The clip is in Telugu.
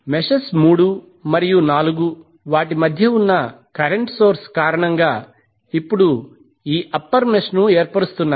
మెషెస్ 3 మరియు 4 వాటి మధ్య ఉన్న కరెంట్ సోర్స్ కారణంగా ఇప్పుడు ఈ అప్పర్ మెష్ను ఏర్పరుస్తున్నాయి